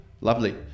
Lovely